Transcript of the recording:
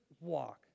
walk